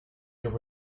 there